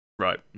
Right